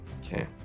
Okay